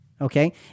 Okay